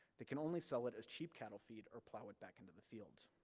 they can only sell it as cheap cattle feed, or plough it back into the fields.